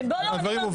הדברים הובהרו.